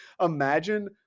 Imagine